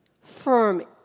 firm